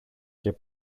και